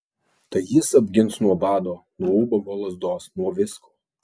tai jis apgins nuo bado nuo ubago lazdos nuo visko